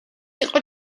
იყო